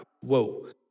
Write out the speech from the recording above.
Whoa